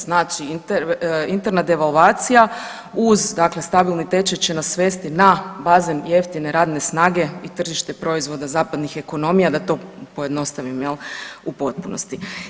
Znači interna devalvacija uz dakle stabilni tečaj će nas svesti na bazen jeftine radne snage i tržište proizvoda zapadnih ekonomija da to pojednostavnim jel, u potpunosti.